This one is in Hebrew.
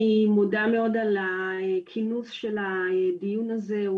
אני מודה מאוד על הכינוס של הדיון הזה,